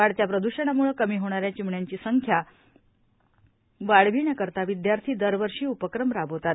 वाढत्या प्रद्षणाम्ळे कमी होणाऱ्या चिमण्यांची संख्या वाढविण्याकरीता विद्यार्थी दरवर्षी उपक्रम राबवतात